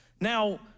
Now